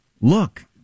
look